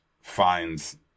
finds